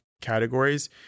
categories